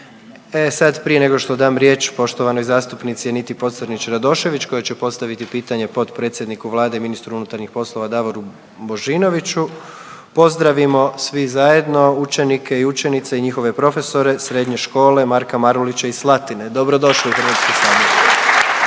E sad prije nego što odam riječ poštovanoj zastupnici Aniti Pocrnić Radošević koja će postaviti pitanje potpredsjedniku Vlade i ministru unutarnjih poslova Davoru Božinoviću pozdravimo svi zajedno učenike i učenice i njihove profesore Srednje škole Marka Marulića iz Slatine. Dobrodošli u HS /Pljesak/